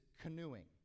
canoeing